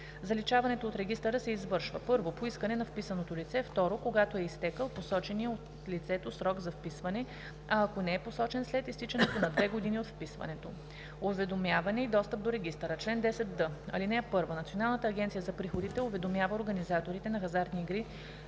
Заличаването от регистъра се извършва: 1. по искане на вписаното лице; 2. когато е изтекъл посоченият от лицето срок за вписване, а ако не е посочен – след изтичането на две години от вписването. „Уведомяване и достъп до регистъра Чл. 10д. (1) Националната агенция за приходите уведомява организаторите на хазартни игри